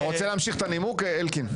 אתה רוצה להמשיך את הנימוק, אלקין?